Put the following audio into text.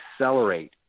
accelerate